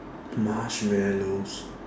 marshmallows